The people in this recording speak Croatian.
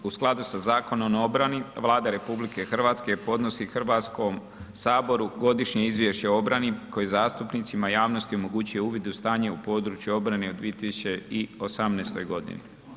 U skladu sa Zakonom o obrani, Vlada RH podnosi Hrvatskom saboru Godišnje izvješće o obrani koje zastupnicima i javnosti omogućuje uvid u stanje u području obrane u 2018. godini.